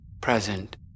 present